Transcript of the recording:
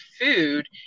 food